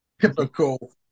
typical